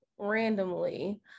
randomly